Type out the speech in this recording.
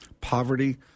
poverty